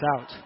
out